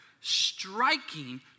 striking